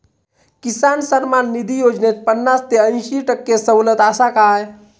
किसान सन्मान निधी योजनेत पन्नास ते अंयशी टक्के सवलत आसा काय?